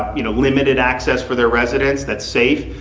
you know, limited access for their residents. that's safe.